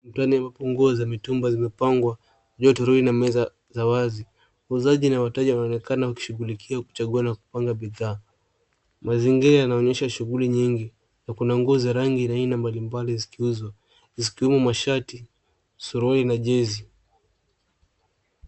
Mtone wa nguo za mitumba zimepangwa juu ya toroli na meza za wazi. Wauzaji na wateja wanaonekana wakishughulikia kuchagua na kupanga bidhaa. Mazingira yanaonyesha shughuli nyingi na kuna nguo za rangi aina mbalimbali zikiuzwa, zikiwemo mashati, suruali na jezi.